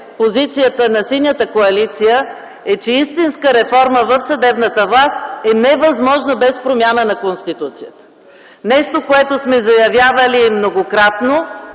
позицията на Синята коалиция е, че истинска реформа в съдебната власт е невъзможна без промяна на Конституцията – нещо, което сме заявявали многократно